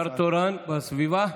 שר תורן בסביבה?